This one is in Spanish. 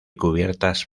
cubiertas